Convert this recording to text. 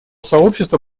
сообщества